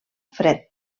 fred